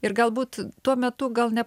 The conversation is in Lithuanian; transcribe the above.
ir galbūt tuo metu gal ne